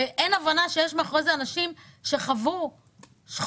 ואין הבנה שיש מאחורי זה אנשים שחוו שכול,